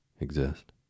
exist